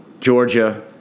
Georgia